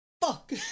Fuck